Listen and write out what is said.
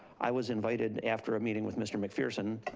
i was invited, after a meeting with mr. mcpherson,